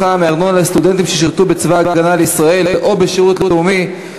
הנחה בארנונה לסטודנטים ששירתו בצבא הגנה לישראל או בשירות לאומי),